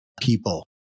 people